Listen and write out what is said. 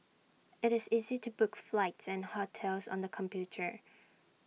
IT is easy to book flights and hotels on the computer